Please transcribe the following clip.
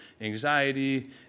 anxiety